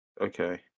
Okay